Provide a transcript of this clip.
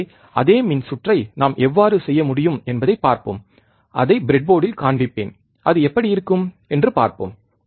எனவே அதே மின்சுற்றை நாம் எவ்வாறு செய்ய முடியும் என்பதைப் பார்ப்போம் அதை ப்ரெட்போர்டில் காண்பிப்பேன் அது எப்படி இருக்கும் என்று பார்ப்போம்